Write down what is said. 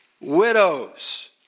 widows